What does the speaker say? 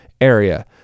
area